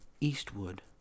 Eastwood